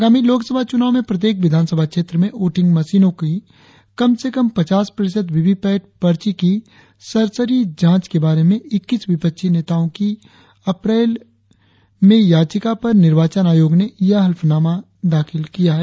आगामी लोकसभा चुनाव में प्रत्येक विधानसभा क्षेत्र में वोटिंग मशीनों की कम से कम पचास प्रतिशत वीवीपेट पर्ची की सरसरी जांच के बारे में इक्कीस विपक्षी नेताओं की अप्रैल याचिता पर निर्वाचन आयोग ने यह हलफनामा दाखिल किया है